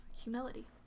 humility